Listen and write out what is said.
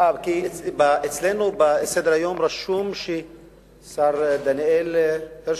כי בסדר-היום שלנו כתוב השר דניאל הרשקוביץ.